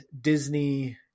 Disney